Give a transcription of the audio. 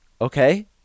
okay